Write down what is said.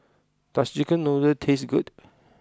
does chicken noodle taste good